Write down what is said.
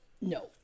no